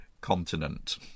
continent